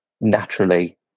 naturally